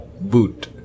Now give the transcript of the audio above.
boot